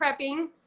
prepping